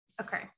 okay